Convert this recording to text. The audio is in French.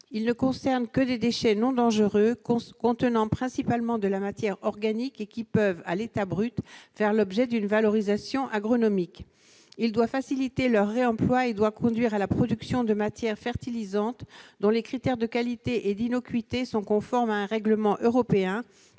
: ne concerner que des déchets non dangereux contenant principalement de la matière organique et pouvant, à l'état brut, faire l'objet d'une valorisation agronomique ; faciliter leur réemploi et conduire à la production de matières fertilisantes dont les critères de qualité et d'innocuité sont conformes à un règlement européen,